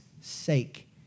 sake